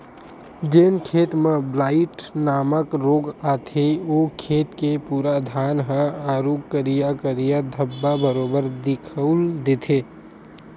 जेन खेत म ब्लाईट नामक रोग आथे ओ खेत के पूरा धान ह आरुग करिया करिया धब्बा बरोबर दिखउल देथे